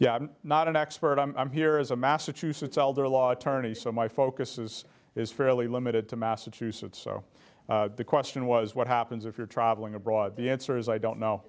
yeah i'm not an expert i'm here as a massachusetts elder law attorney so my focus is is fairly limited to massachusetts so the question was what happens if you're traveling abroad the answer is i don't know